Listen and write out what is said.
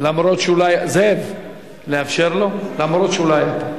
אף שהוא לא היה?